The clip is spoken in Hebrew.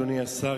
אדוני השר,